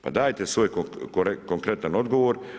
Pa dajte svoj konkretan odgovor.